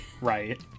Right